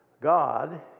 God